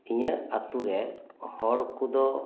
ᱤᱧᱟᱹᱜ ᱟᱛᱩ ᱨᱮ ᱦᱚᱲ ᱠᱚᱫᱚ